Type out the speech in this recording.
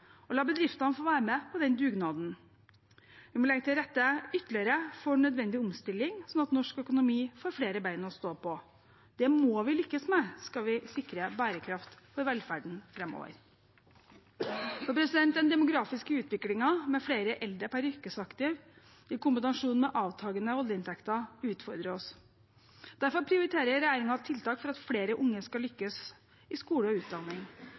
og la bedriftene få være med på den dugnaden. Vi må legge ytterligere til rette for nødvendig omstilling, slik at norsk økonomi får flere bein å stå på. Det må vi lykkes med skal vi sikre bærekraft for velferden framover. Den demografiske utviklingen med flere eldre per yrkesaktiv i kombinasjon med avtakende oljeinntekter utfordrer oss. Derfor prioriterer regjeringen tiltak for at flere unge skal lykkes i skole og utdanning,